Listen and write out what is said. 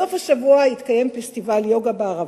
בסוף השבוע התקיים פסטיבל יוגה בערבה,